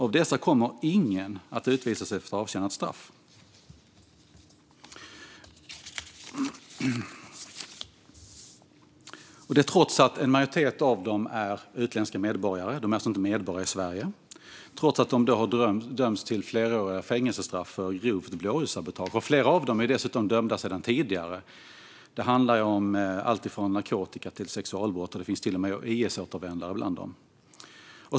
Av dessa kommer ingen att utvisas efter avtjänat straff, trots att en majoritet av dem är utländska medborgare - de är alltså inte medborgare i Sverige - och trots att de har dömts till fleråriga fängelsestraff för grovt blåljussabotage. Flera av dem är dessutom dömda sedan tidigare. Det handlar om alltifrån narkotika till sexualbrott. Det finns till och med IS-återvändare bland dem.